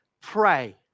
pray